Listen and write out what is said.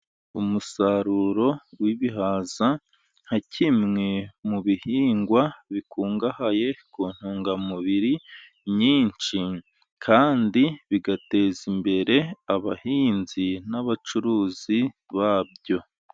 Umusaruro w'ibihaza, nka kimwe mu bihingwa bikungahaye ku ntungamubiri nyinshi, kandi bigateza imbere abahinzi, n'abacuruzi babyo.